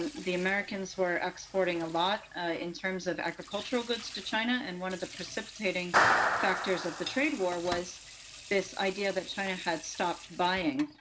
and the americans were exporting a lot in terms of agricultural goods to china. and one of the precipitating factors of the trade war was this idea that china had stopped buying.